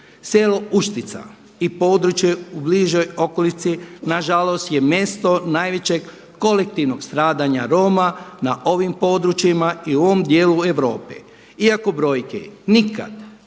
Selo Uštica i područje u bližoj okolici nažalost je mjesto najvećeg kolektivnog stradanja Roma na ovim područjima i u ovom dijelu Europe. Iako brojke nikada neće